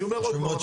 אני אומר עוד פעם,